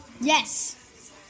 Yes